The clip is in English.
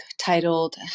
titled